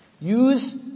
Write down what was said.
use